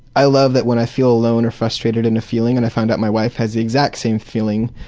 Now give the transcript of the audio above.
i love that when i feel alone or frustrated in a feeling and i find out my wife has the exact same feeling,